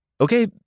Okay